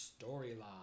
storyline